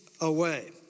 away